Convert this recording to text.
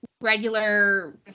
regular